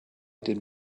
den